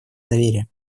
доверия